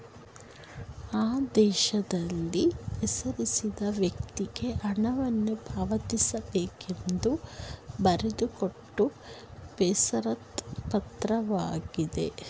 ಆದೇಶದಲ್ಲಿ ಹೆಸರಿಸಿದ ವ್ಯಕ್ತಿಗೆ ಹಣವನ್ನು ಪಾವತಿಸಬೇಕೆಂದು ಬರೆದುಕೊಟ್ಟ ಬೇಷರತ್ ಪತ್ರವಾಗಿದೆ